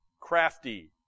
crafty